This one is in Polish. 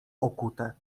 okute